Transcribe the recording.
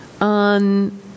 on